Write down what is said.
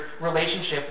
relationship